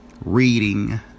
reading